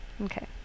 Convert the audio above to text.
Okay